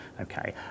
Okay